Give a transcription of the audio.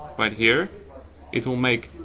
right here it will make